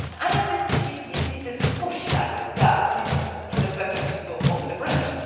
and i just did this little push, like that, you know just for the bucket to go over the branch.